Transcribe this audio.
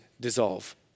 dissolve